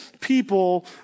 people